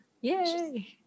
Yay